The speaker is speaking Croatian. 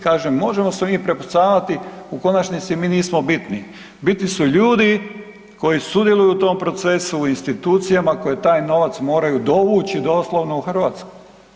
Kažem, možemo se mi prepucavati, u konačnici mi nismo bitni, bitni su ljudi koji sudjeluju u tom procesu i u institucijama koje taj novac moraju dovući doslovno u Hrvatsku.